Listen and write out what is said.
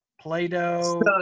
Play-Doh